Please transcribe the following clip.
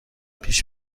پیش